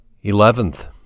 Eleventh